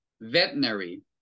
veterinary